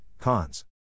cons